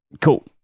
Cool